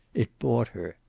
it bought her.